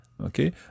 Okay